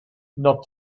not